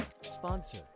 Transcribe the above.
sponsor